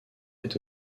est